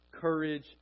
courage